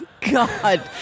God